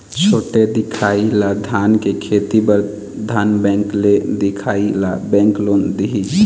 छोटे दिखाही ला धान के खेती बर धन बैंक ले दिखाही ला बैंक लोन दिही?